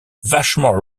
vachement